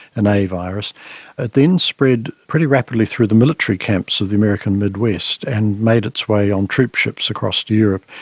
an a virus. it then spread pretty rapidly through the military camps of the american midwest and made its way on troop ships across to europe,